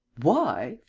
why?